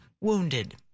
wounded